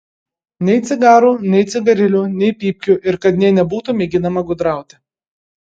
nei cigarų nei cigarilių nei pypkių ir kad nė nebūtų mėginama gudrauti